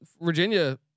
Virginia